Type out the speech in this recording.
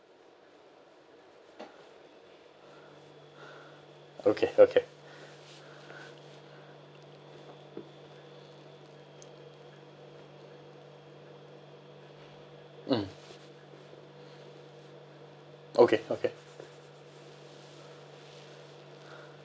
okay okay mm okay okay